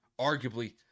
arguably